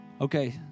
Okay